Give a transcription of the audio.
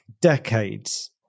decades